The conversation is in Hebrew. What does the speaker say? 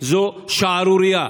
זה שערורייה.